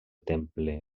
temple